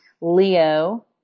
Leo